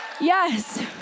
Yes